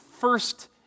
first